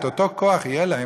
את אותו כוח יהיה להם,